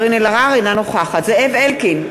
אינה נוכחת זאב אלקין,